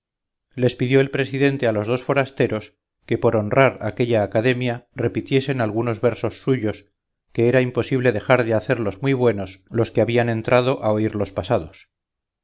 les pidió el presidente a los dos forasteros que por honrar aquella academia repitiesen algunos versos suyos que era imposible dejar de hacerlos muy buenos los que habían entrado a oír los pasados